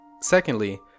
Secondly